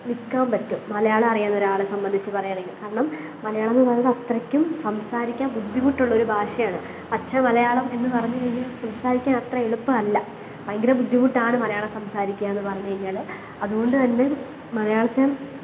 നിൽക്കാന് പറ്റും മലയാളം അറിയാവുന്ന ഒരാളെ സംബന്ധിച്ച് പറയുകയാണെങ്കിൽ കാരണം മലയാളമെന്ന് പറയുന്നത് അത്രയ്ക്കും സംസാരിക്കാന് ബുദ്ധിമുട്ടുള്ളൊരു ഭാഷയാണ് പച്ചമലയാളം എന്ന് പറഞ്ഞു കഴിഞ്ഞാല് സംസാരിക്കാന് അത്ര എളുപ്പമല്ല ഭയങ്കര ബുദ്ധിമുട്ടാണ് മലയാളം സംസാരിക്കുകയെന്ന് പറഞ്ഞുകഴിഞ്ഞാൽ അതുകൊണ്ടുതന്നെ മലയാളത്തെ